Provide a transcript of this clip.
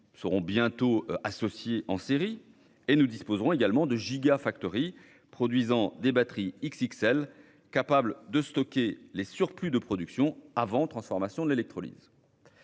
seront bientôt associées en série et nous disposerons également de produisant des batteries XXL, capables de stocker les surplus de production avant leur transformation par électrolyse.